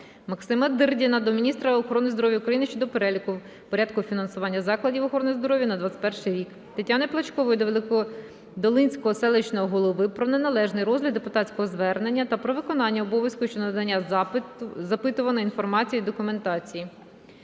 Максима Дирдіна до міністра охорони здоров'я України щодо переліку порядку фінансування закладів охорони здоров'я на 21-й рік. Тетяни Плачкової до Великодолинського селищного голови про неналежний розгляд депутатського звернення та про виконання обов'язку щодо надання запитуваної інформації і документації.